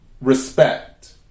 Respect